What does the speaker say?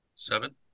Seven